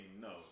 no